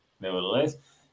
Nevertheless